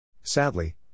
Sadly